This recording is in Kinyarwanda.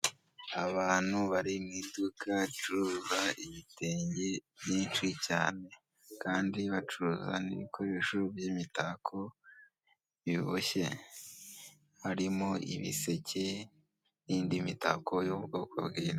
Abantu bari mu iduka ricuruza ibitenge byinshi cyane kandi bacuruza ibikoresho by'imitako biboshye harimo ibiseke nindi mitako yo kugengenda.